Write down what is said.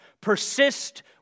Persist